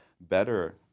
better